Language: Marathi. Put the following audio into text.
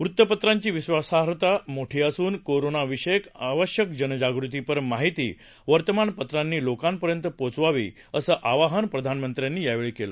वृतपत्रांची विश्वासार्हता मोठी असून कोरोनाविषयक आवश्यक जनजाग़तीपर माहिती वर्तमानपत्रानी लोकांपर्यंत पोहोचवावी असं आवाहन प्रधानमंत्र्यांनी यावेळी केलं